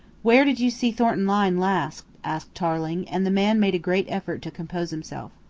where did you see thornton lyne last? asked tarling, and the man made a great effort to compose himself.